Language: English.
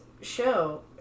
show